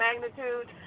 magnitude